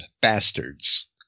bastards